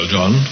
John